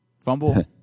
fumble